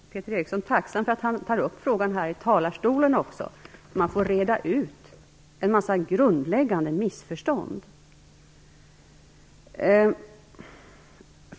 Fru talman! Jag är Peter Eriksson tacksam att han tar upp frågan också här i talarstolen, så att jag får reda ut en mängd grundläggande missförstånd.